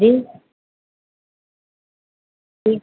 जी जि